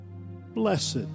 Blessed